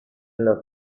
los